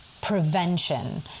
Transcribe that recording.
prevention